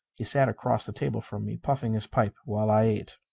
he sat across the table from me, puffing his pipe while i ate.